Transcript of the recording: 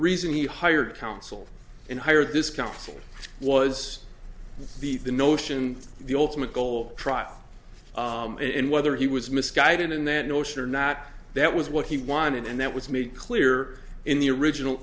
reason he hired counsel and hired this counsel was the the notion of the ultimate goal trial and whether he was misguided in that notion or not that was what he wanted and that was made clear in the original